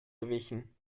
gewichen